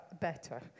better